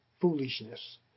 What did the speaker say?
foolishness